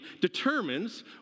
determines